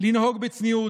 לנהוג בצניעות.